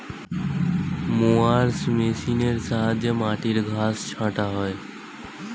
mowers মেশিনের সাহায্যে মাটির ঘাস ছাঁটা হয়